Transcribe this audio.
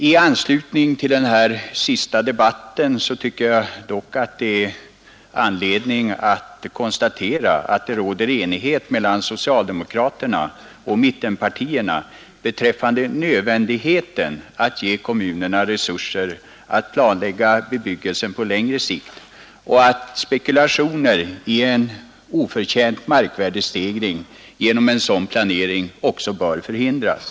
I anledning av det senaste replikskiftet tycker jag det finns anledning att konstatera att det råder enighet mellan socialdemokraterna och mittenpartierna om nödvändigheten av att ge kommunerna resurser att planlägga bebyggelsen på längre sikt och om att spekulationer i en oförtjänt markvärdestegring genom en sådan planering också bör förhindras.